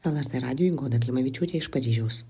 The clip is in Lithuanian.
lrt radijui goda klimavičiūtė iš paryžiaus